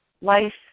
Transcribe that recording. life